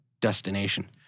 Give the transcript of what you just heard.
destination